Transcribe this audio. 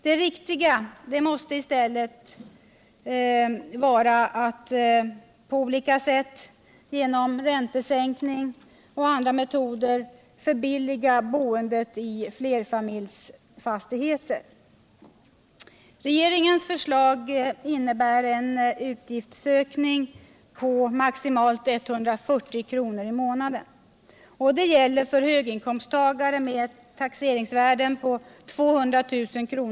Det riktiga måste i stället vara att på olika sätt, genom räntesänkning och andra metoder, förbilliga boendet i flerfamiljsfastigheter. Regeringens förslag innebär en utgiftsökning med maximalt 140 kr. i månaden. Det gäller för höginkomsttagare med villor med taxeringsvärden på 200 000 kr.